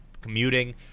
commuting